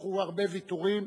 יצטרכו הרבה ויתורים.